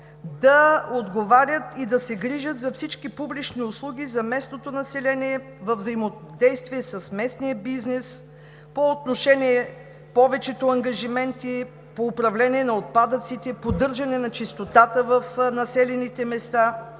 да отговарят и да се грижат за всички публични услуги за местното население във взаимодействие с местния бизнес по отношение на повечето ангажименти по управление на отпадъците, поддържане на чистотата в населените места,